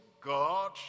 God